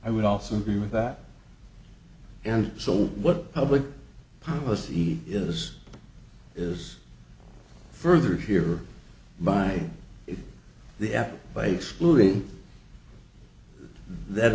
i would also agree with that and so what public policy is is further here by the act by excluding that